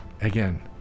again